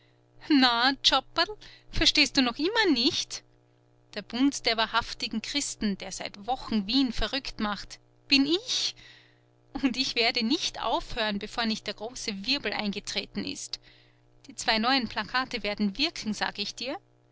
na tschapperl verstehst du noch immer nicht der bund der wahrhaftigen christen der seit wochen wien verrückt macht bin ich und ich werde nicht aufhören bevor nicht der große wirbel eingetreten ist die zwei neuen plakate werden wirken sag ich dir